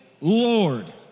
Lord